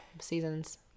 Seasons